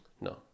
no